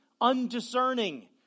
undiscerning